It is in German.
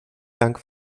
dank